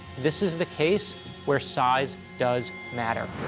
this is the case where size does matter.